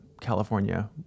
California